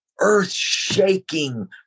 earth-shaking